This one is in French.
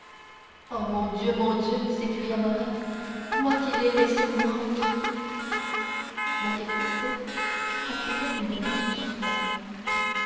oh mon dieu mon dieu s'écria morrel moi qui l'ai laissée mourante monte cristo appuya une main sur son front